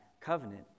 covenant